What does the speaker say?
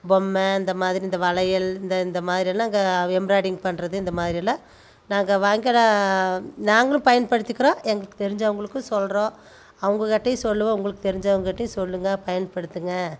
பொம்மை இந்த மாதிரி இந்த வளையல் இந்த இந்த மாதிரி எல்லாம் இங்கே எம்ப்ராய்டிங் பண்ணுறது இந்த மாதிரி எல்லாம் நாங்கள் வாங்கிற நாங்களும் பயன்படுத்திக்கிறோம் எங்களுக்கு தெரிஞ்சவங்களுக்கும் சொல்கிறோம் அவங்க கிட்டயும் சொல்லுவோம் உங்களுக்கு தெரிஞ்சவங்க கிட்டையும் சொல்லுங்க பயன்படுத்துங்கள்